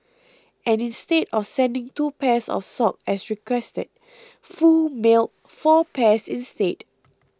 and instead of sending two pairs of socks as requested Foo mailed four pairs instead